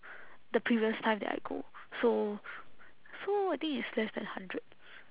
the previous time that I go so so I think it's less than hundred